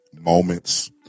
moments